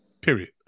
Period